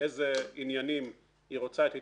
איזה עניינים היא רוצה את התייחסותנו.